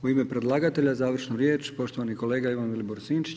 U ime predlagatelja završnu riječ, poštovani kolega Ivan Vilibor Sinčić.